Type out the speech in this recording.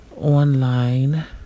Online